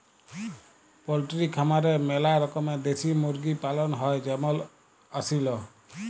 poultry খামারে ম্যালা রকমের দেশি মুরগি পালন হ্যয় যেমল আসিল